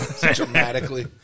Dramatically